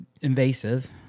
invasive